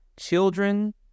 children